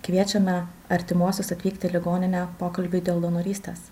kviečiame artimuosius atvykt į ligoninę pokalbiui dėl donorystės